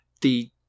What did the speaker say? the-